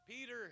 Peter